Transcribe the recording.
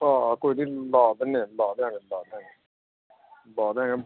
ਹਾਂ ਕੋਈ ਨਹੀਂ ਲਾ ਦਿੰਦੇ ਹਾਂ ਲਾ ਦਿਆਂਗੇ ਲਾ ਦਿਆਂਗੇ ਲਾ ਦਿਆਂਗੇ